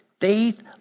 Faith